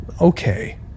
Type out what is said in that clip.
Okay